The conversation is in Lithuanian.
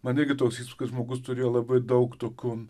man irgi toks įspūdis kad žmogus turėjo labai daug tokių